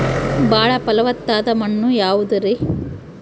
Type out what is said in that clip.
ಬಾಳ ಫಲವತ್ತಾದ ಮಣ್ಣು ಯಾವುದರಿ?